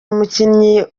umukinnyi